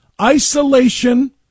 Isolation